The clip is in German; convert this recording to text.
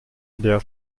der